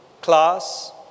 class